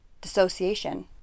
dissociation